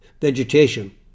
vegetation